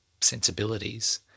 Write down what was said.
sensibilities